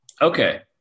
okay